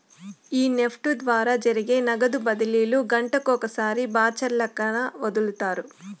ఈ నెఫ్ట్ ద్వారా జరిగే నగదు బదిలీలు గంటకొకసారి బాచల్లక్కన ఒదులుతారు